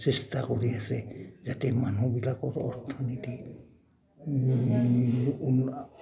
চেষ্টা কৰি আছে যাতে মানুহবিলাকৰ অৰ্থনীতি